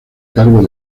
cargo